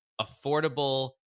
affordable